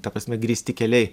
ta prasme grįsti keliai